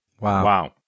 Wow